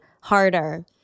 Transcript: harder